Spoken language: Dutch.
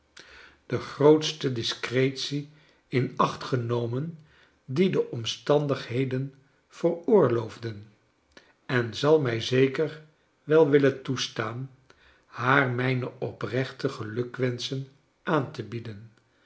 de grootste discretie in acht genomen die de omstandigheden veroorloofden en zal mij zeker wel willen toestaan haar mijne oprechte gelukwenschen aan te bieden